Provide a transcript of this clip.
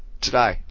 today